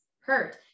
hurt